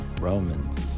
Romans